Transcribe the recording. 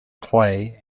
play